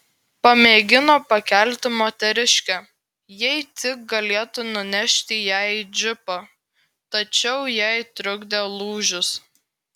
pamėgino pakelti moteriškę jei tik galėtų nunešti ją į džipą tačiau jai trukdė lūžis